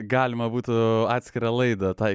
galima būtų atskirą laidą tai